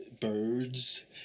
birds